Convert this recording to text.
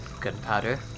gunpowder